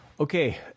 Okay